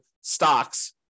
stocks